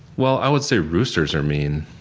well i would say roosters are mean,